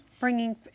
bringing